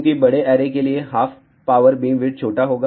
क्योंकि बड़े ऐरे के लिए हाफ पावर बीमविड्थ छोटा होगा